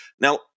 Now